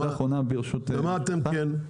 ובמה אתם כן,